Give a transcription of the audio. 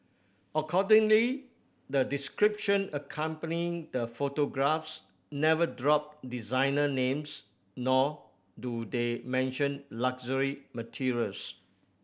accordingly the description accompanying the photographs never drop designer names nor do they mention luxury materials